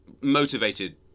motivated